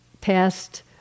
past